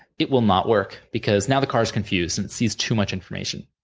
it will not work, because now, the car's confused and it sees too much information.